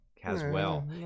Caswell